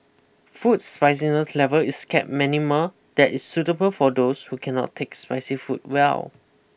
food spiciness level is kept minimal that is suitable for those who cannot take spicy food well